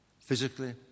physically